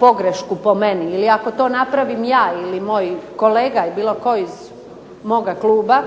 pogrešku po meni ili ako to napravim ja ili moj kolega ili bilo tko iz moga kluba